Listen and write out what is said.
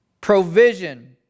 Provision